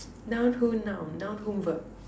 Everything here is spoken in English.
noun who noun noun whom verb